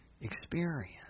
experience